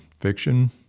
fiction